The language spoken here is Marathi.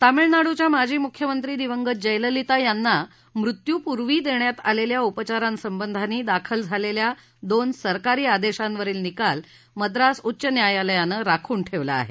तामिळनाडूच्या माजी मुख्यमंत्री दिवंगत जयललिता यांना मृत्युपूर्वी देण्यात आलेल्या उपचारासंबंधाने दाखल झालेल्या दोन सरकारी आदेशांवरील निकाल मद्रास उच्च न्यायालयाने राखून ठेवला आहे